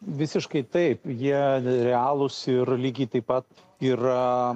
visiškai taip jie realūs ir lygiai taip pat yra